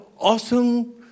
awesome